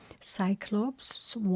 Cyclops